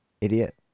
Idiot